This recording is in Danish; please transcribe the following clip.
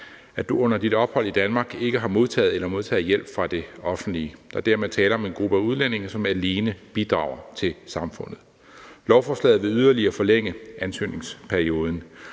at du under dit ophold i Danmark ikke har modtaget eller modtager hjælp fra det offentlige. Der er dermed tale om en gruppe af udlændinge, som alene bidrager til samfundet. Lovforslaget vil yderligere forlænge ansøgningsperioden.